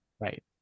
Right